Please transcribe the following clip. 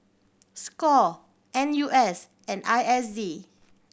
score N U S and I S D